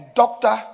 doctor